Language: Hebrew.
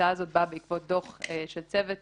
שההצעה הזאת באה בעקבות דוח של צוות